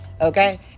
okay